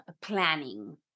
planning